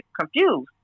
confused